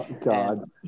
God